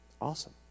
Awesome